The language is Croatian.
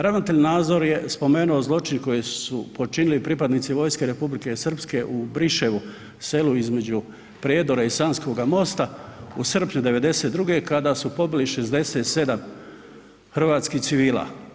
Ravnatelj Nazor je spomenuo zločin koji su počinili pripadnici vojske Republike Srpske u Briševu selu između Prijedora i Sanskoga Mosta u srpnju 92. kada su pobili 67 hrvatskih civila.